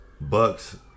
Bucks